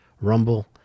rumble